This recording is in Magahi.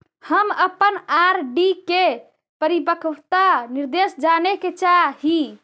हम अपन आर.डी के परिपक्वता निर्देश जाने के चाह ही